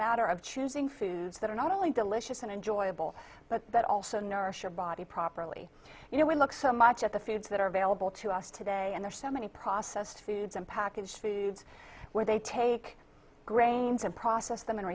matter of choosing foods that are not only delicious and enjoyable but that also nourish your body properly you know we look so much at the foods that are available to us today and there are so many processed foods and packaged foods where they take grains and process them and